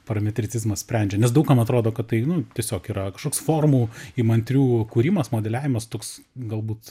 prametricizmą sprendžia nes daug kam atrodo kad tai nu tiesiog yra kažkoks formų įmantrių kūrimas modeliavimas toks galbūt